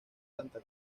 santa